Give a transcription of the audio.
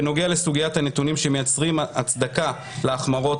בנוגע לסוגיית הנתונים שמייצרים הצדקה להחמרות,